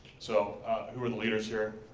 so who are the leaders here?